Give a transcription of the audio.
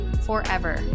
forever